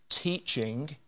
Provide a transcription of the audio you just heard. teaching